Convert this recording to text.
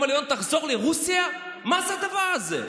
לבנון "תחזור לרוסיה" מה זה הדבר הזה?